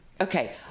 Okay